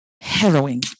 harrowing